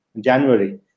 January